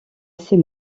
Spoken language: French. ces